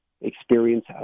experience